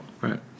right